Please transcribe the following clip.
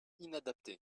inadapté